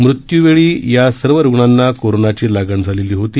मृत्यूवेळी या सर्व रुग्णांना कोरोनाची लागण झालेली होती